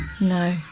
No